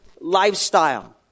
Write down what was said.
Lifestyle